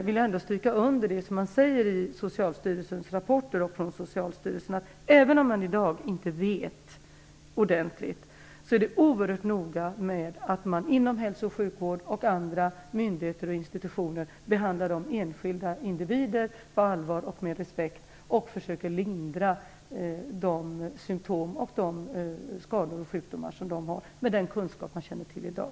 Det sägs dock i Socialstyrelsens rapport att även om vi i dag inte vet ordentligt är det oerhört noga med att man inom hälso och sjukvård och andra institutioner och myndigheter behandlar de enskilda individerna på allvar och med respekt och försöker lindra de symtom, skador och sjukdomar dessa har, med den kunskap man känner till i dag.